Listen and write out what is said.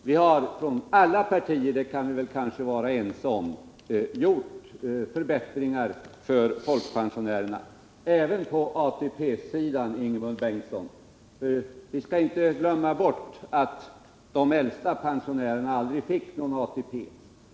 Vi har från alla partier — det kan vi kanske vara överens om -— gjort förbättringar för folkpensionärerna, även på ATP-sidan, Ingemund Bengtsson. Vi skall inte glömma bort att de äldsta pensionärerna aldrig fick någon ATP.